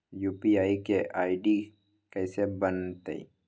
UPI के ID कैसे बनतई?